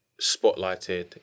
Spotlighted